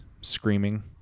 screaming